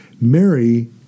Mary